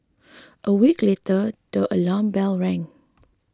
a week later the alarm bells rang